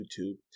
YouTube